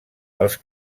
els